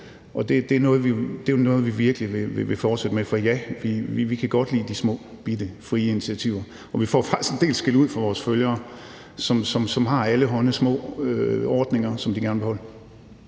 Det er noget, vi virkelig vil fortsætte med, for ja, vi kan godt lide de småbitte frie initiativer. Vi får faktisk en del skældud af vores følgere, som har alle hånde små ordninger, som de gerne vil beholde.